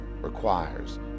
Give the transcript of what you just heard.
requires